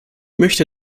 möchte